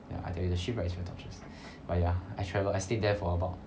ya I tell you the ship ride is very torturous but ya I traveled I stayed there for about